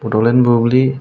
Bodoland Bubli